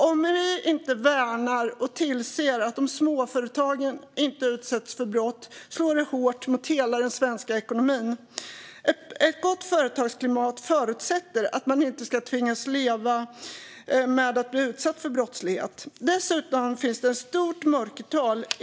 Om vi inte värnar och tillser att småföretagen inte utsätts för brott slår det hårt mot hela den svenska ekonomin. Ett gott företagsklimat förutsätter att man inte ska tvingas leva med att bli utsatt för brottslighet. Dessutom finns det ett stort mörkertal.